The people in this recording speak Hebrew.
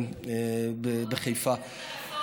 בחיפה,